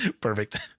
Perfect